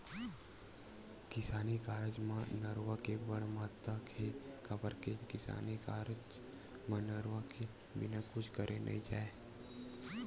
किसानी कारज म नरूवा के बड़ महत्ता हे, काबर के किसानी कारज म नरवा के बिना कुछ करे नइ जाय